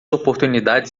oportunidades